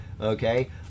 okay